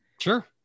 sure